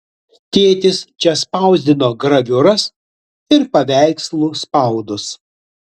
tėtis čia spausdino graviūras ir paveikslų spaudus